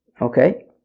Okay